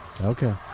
Okay